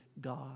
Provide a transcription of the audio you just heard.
God